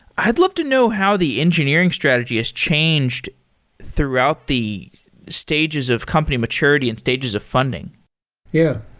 i'd love to know how the engineering strategy has changed throughout the stages of company maturity and stages of funding yeah.